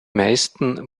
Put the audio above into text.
meisten